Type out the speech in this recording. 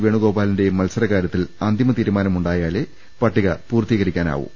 വേണുഗോപാലിന്റെയും മത്സരകാര്യത്തിൽ അന്തിമ തീരുമാനമുണ്ടാ യാലേ പട്ടിക പൂർത്തീകരിക്കാനാവൂ